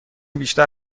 بیشتر